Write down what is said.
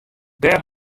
dêr